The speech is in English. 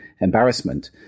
embarrassment